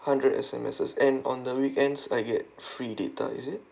hundred S_M_S and on the weekends I get free data is it